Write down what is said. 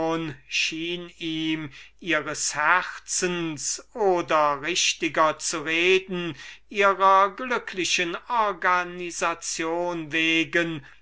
ihres herzens oder richtiger zu reden ihrer glücklichen organisation wegen